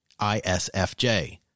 ISFJ